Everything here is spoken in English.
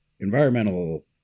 environmental